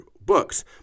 books